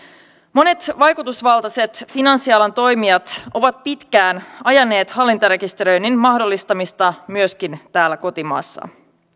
monet vaikutusvaltaiset finanssialan toimijat ovat pitkään ajaneet hallintarekisteröinnin mahdollistamista myöskin täällä kotimaassa